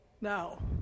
Now